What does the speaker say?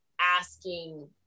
asking